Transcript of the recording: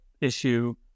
issue